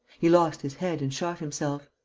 he lost his head and shot himself.